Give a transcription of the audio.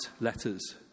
letters